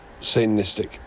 Satanistic